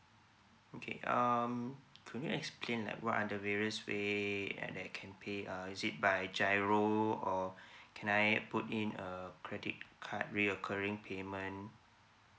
okay um could you explain like what are the various way uh that I can pay a is it by G_I_R_O do can I put in a credit card reoccurring payment